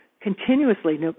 continuously